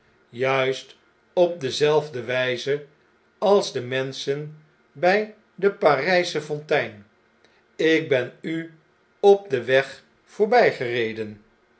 juist op dezelfde wjjze als de menschen bjj de parijscne fontein ik ben u op den weg voorbjjgereden